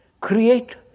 create